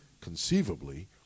conceivably